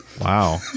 Wow